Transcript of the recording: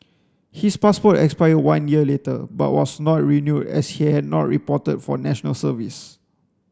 his passport expired one year later but was not renewed as he had not reported for National Service